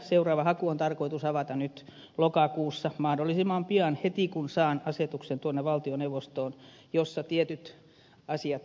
seuraava haku on tarkoitus avata nyt lokakuussa mahdollisimman pian heti kun saan asetuksen tuonne valtioneuvostoon jossa tietyt asiat vielä täsmennetään